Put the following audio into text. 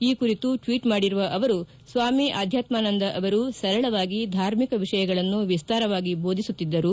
ಈ ಕುರಿತು ಟ್ವೀಟ್ ಮಾಡಿರುವ ಅವರು ಸ್ವಾಮಿ ಆಧ್ಯಾತ್ಯಾನಂದ ಅವರು ಸರಳವಾಗಿ ಧಾರ್ಮಿಕ ವಿಷಯಗಳನ್ನು ವಿಸ್ತಾರವಾಗಿ ಬೋಧಿಸುತ್ತಿದ್ದರು